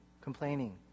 complaining